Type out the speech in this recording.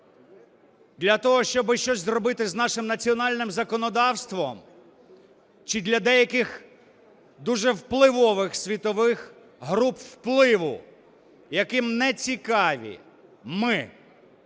для того, щоби щось зробити з нашим національним законодавством, чи для деяких дуже впливових світових груп впливу, яким нецікаві ми?